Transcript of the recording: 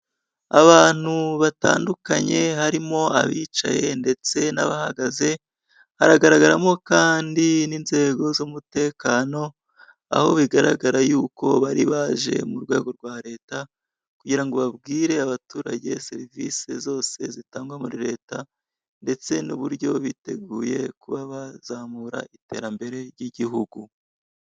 Abantu batandukanye harimo abicaye ndetse n'abahagaze, hagaragara mo kandi n'inzego z'umutekano, aho bigaragara y'uko bari baje mu rwego rwa leta, kugira ngo babwire abaturage serivisi zose zitangwa muri leta, ndetse n'uburyo biteguye kuba bazamura iterambere ry'igihugu.